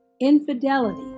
infidelity